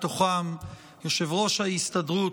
בהם יושב-ראש ההסתדרות,